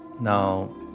now